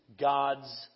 God's